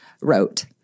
wrote